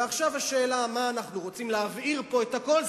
ועכשיו השאלה: מה, אנחנו רוצים להבעיר פה את הכול?